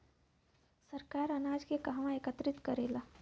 सरकार अनाज के कहवा एकत्रित करेला?